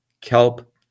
kelp